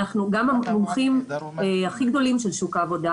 גם המומחים הכי גדולים של שוק העבודה,